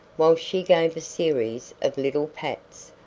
while she gave a series of little pats,